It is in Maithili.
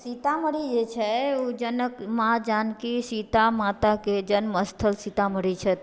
सीतामढ़ी जे छै उ जनक माँ जानकी सीता माताके जन्म स्थल सीतामढ़ी छथि